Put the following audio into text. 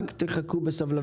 רק תחכו בסבלנות.